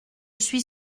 suis